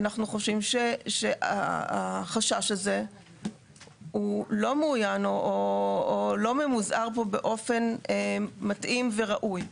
אנחנו חושבים שהחשש הזה הוא לא מאויין או לא ממוזער באופן מתאים וראוי.